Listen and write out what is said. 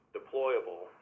deployable